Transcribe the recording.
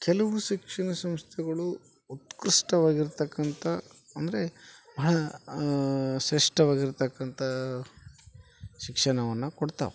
ಕೆಲವು ಶಿಕ್ಷಣ ಸಂಸ್ಥೆಗಳು ಉತ್ಕೃಷ್ಟವಾಗಿ ಇರತಕ್ಕಂಥ ಅಂದರೆ ಭಾಳ ಶ್ರೇಷ್ಠವಾಗಿ ಇರತಕ್ಕಂಥ ಶಿಕ್ಷಣವನ್ನ ಕೊಡ್ತಾವೆ